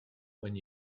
when